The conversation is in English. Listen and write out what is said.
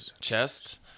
chest